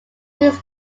means